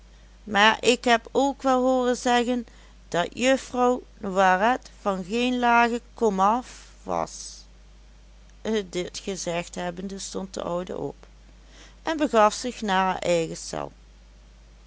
maar ik heb ook wel hooren zeggen dat juffrouw noiret van geen lage kom of was dit gezegd hebbende stond de oude op en begaf zich naar haar eigen cel